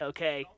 Okay